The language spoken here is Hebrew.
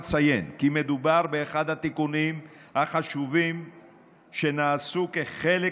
אציין כי מדובר באחד התיקונים החשובים שנעשו כחלק